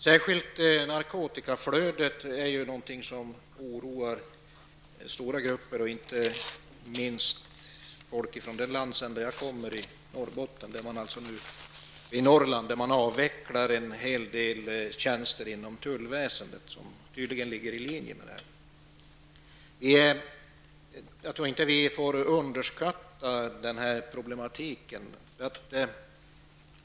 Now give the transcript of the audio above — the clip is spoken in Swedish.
Särskilt narkotikaflödet är något som oroar stora grupper, inte minst folk från den landsända som jag kommer ifrån, nämligen Norrland. Där avvecklar man nu en hel del tjänster inom tullväsendet, vilket tydligen ligger i linje med detta. Jag tror inte att vi får underskatta denna problematik.